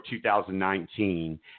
2019